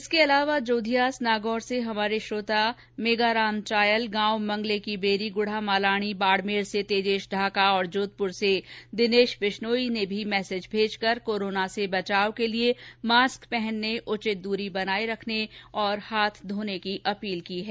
इसके अलावा जोधयासी नागौर से हमारे श्रोता मंगाराम चायल गांव मंगले की बेरी गुढ़ा मालानी बाड़मेर से तेजेश ढाका और जोधपुर से दिनेश विश्नोई ने भी मैसेज भेजकर कोराना से बचने के लिये मास्क पहनने उचित दूरी बनाये रखने और हाथ धोने की अपील की है